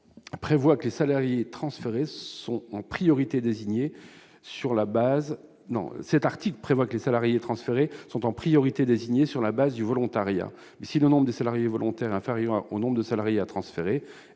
prévoit que les salariés transférés seront en priorité désignés sur le fondement du volontariat. Si le nombre des salariés volontaires est inférieur au nombre de salariés à transférer,